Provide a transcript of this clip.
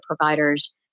providers